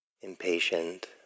impatient